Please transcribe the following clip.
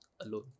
alone